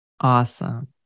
Awesome